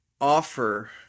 offer